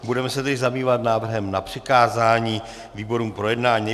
Budeme se tedy zabývat návrhem na přikázání výborům k projednání.